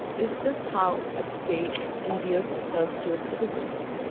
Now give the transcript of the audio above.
is this how a state endears itself to its citizens?